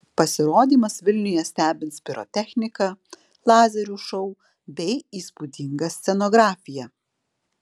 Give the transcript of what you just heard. pasirodymas vilniuje stebins pirotechnika lazerių šou bei įspūdinga scenografija